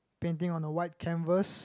painting on the white canvas